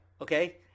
okay